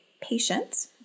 patient